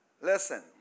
Listen